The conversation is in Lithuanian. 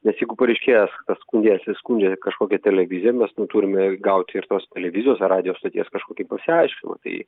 nes jeigu pareiškėjas tas skundėjas jis skundžia kažkokią televiziją mes nu turime gauti ir tos televizijos ar radijo stoties kažkokį pasiaiškinimą tai